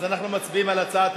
אז אנחנו מצביעים על הצעת החוק,